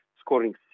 scoring